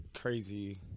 crazy